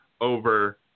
over